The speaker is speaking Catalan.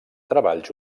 treballs